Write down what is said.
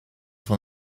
van